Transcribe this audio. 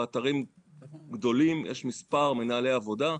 באתרים גדולים יש מספר מנהלי עבודה.